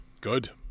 Good